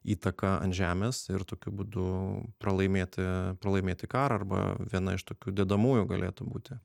įtaką ant žemės ir tokiu būdu pralaimėti pralaimėti karą arba viena iš tokių dedamųjų galėtų būti